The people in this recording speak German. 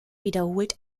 wiederholt